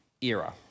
era